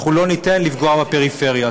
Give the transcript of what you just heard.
אנחנו לא ניתן לפגוע בפריפריה.